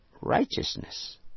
righteousness